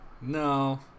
No